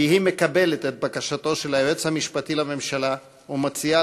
כי היא מקבלת את בקשתו של היועץ המשפטי לממשלה ומציעה